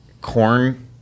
corn